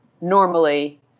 normally